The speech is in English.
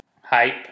Hype